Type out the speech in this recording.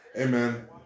Amen